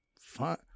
Fine